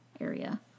area